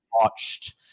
watched